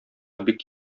бик